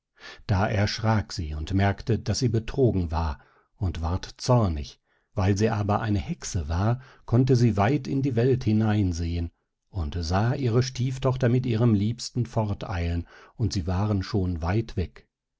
da erschrack sie und merkte daß sie betrogen war und ward zornig weil sie aber eine hexe war konnte sie weit in die welt hineinsehen und sah ihre stieftochter mit ihren liebsten forteilen und sie waren schon weit weg